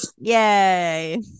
Yay